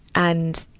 and.